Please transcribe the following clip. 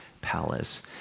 palace